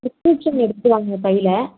prescription எடுத்துகிட்டு வாங்க கையில்